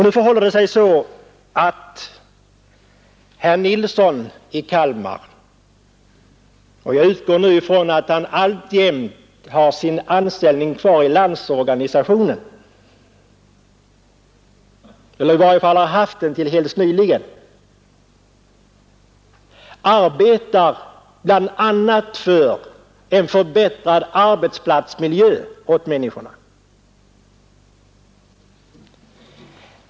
Nu förhåller det sig så att herr Nilsson i Kalmar — jag utgår nu ifrån att han alltjämt har kvar sin anställning i Landsorganisationen eller att han i varje fall har haft den till helt nyligen — arbetar bl.a. för en förbättrad arbetsplatsmiljö åt människorna.